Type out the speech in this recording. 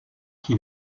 qui